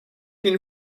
den